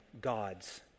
gods